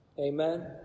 Amen